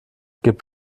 gibt